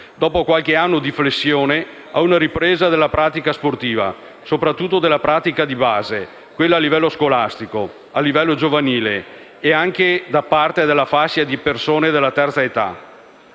dopo qualche anno di flessione, ad una ripresa della pratica sportiva, soprattutto della pratica di base, quella a livello scolastico e giovanile, e anche da parte della fascia di persone della terza età.